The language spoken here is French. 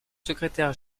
secrétaire